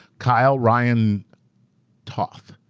kyle ryan toth,